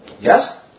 Yes